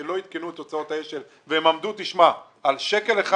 לא עדכנו את הוצאות האש"ל הן עמדו על שקל אחד,